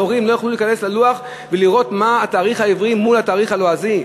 הורים לא יוכלו להיכנס ללוח ולראות מה התאריך העברי מול התהליך הלועזי.